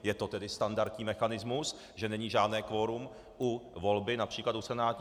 Je to tedy standardní mechanismus, že není žádné kvorum u volby například do Senátu.